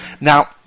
now